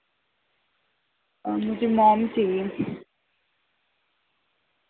مجھے موم چاہیے